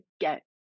get